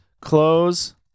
Close